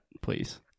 please